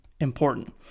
important